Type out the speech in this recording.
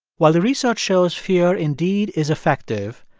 while the research shows fear, indeed, is effective,